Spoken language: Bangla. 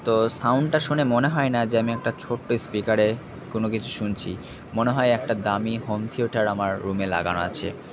তো সাউন্ডটা শুনে মনে হয় না যে আমি একটা ছোট্ট স্পিকারে কোনো কিছু শুনছি মনে হয় একটা দামি হোম থিয়েটার আমার রুমে লাগানো আছে